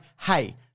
hey